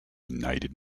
united